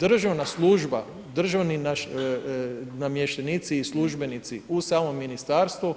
Državna služba, državni naš namještenici i službenici u samom ministarstvu